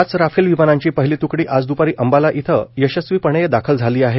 पाच राफेल विमानांची पहिली त्कडी आज द्पारी अंबाला इथ यशस्वीपणे दाखल झाली आहे